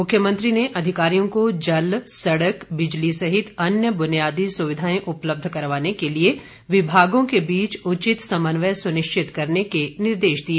मुख्यमंत्री ने अधिकारियों को जल सड़क बिजली सहित अन्य बुनियादी सुविधाएं उपलब्ध करवाने के लिए विभागों के बीच उचित समन्वय सुनिश्चित करने के निर्देश दिए